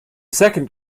second